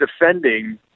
defending